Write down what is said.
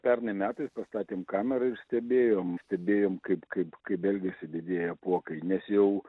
pernai metais pastatėm kamerą ir stebėjom stebėjom kaip kaip kaip elgiasi didėja apuokai nes jau